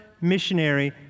missionary